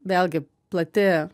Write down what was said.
vėlgi plati